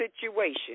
situation